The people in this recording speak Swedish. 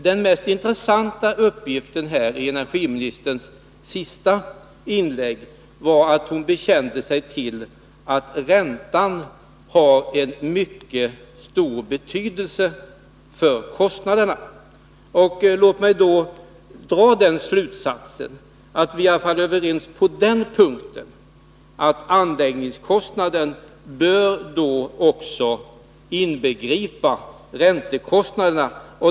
Den mest intressanta uppgiften i energiministerns senaste inlägg var att hon bekände att räntan har en mycket stor betydelse för kostnaderna. Låt mig då dra den slutsatsen att vi i alla fall är överens på den punkten, att anläggningskostnaden också bör inbegripa räntekostnaderna.